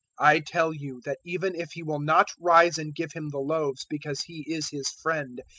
i tell you that even if he will not rise and give him the loaves because he is his friend,